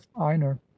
Einar